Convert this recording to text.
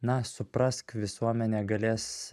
na suprask visuomenė galės